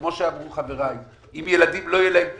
כמו שאמרו חבריי, אם למטפלות